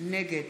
נגד